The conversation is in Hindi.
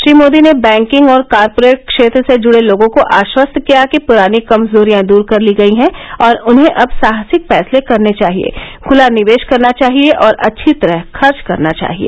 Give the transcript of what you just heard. श्री मोदी ने बैकिंग और कॉरपोरेट क्षेत्र से जुड़े लोगों को आश्वस्त किया कि प्रानी कमजोरियां दूर कर ली गई हैं और उन्हें अब साहसिक फैसले करने चाहिए खुला निवेश करना चाहिए और अच्छी तरह खर्च करना चाहिए